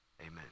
amen